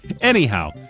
anyhow